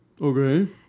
Okay